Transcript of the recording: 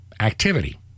activity